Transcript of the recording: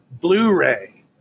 Blu-ray